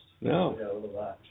No